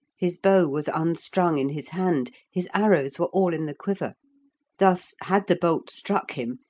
his bow was unstrung in his hand, his arrows were all in the quiver thus, had the bolt struck him,